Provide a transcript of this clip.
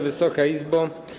Wysoka Izbo!